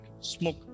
smoke